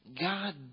God